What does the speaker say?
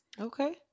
Okay